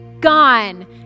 gone